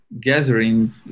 gathering